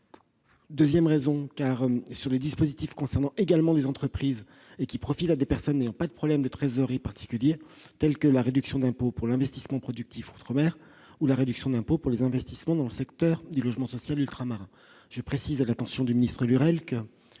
ils visent des dispositifs concernant également des entreprises ou profitant à des personnes n'ayant pas de problèmes de trésorerie particuliers, comme la réduction d'impôts pour l'investissement productif outre-mer ou la réduction d'impôt pour les investissements dans le secteur du logement social ultramarin. Je précise, monsieur Lurel, que